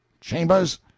Chambers